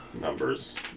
numbers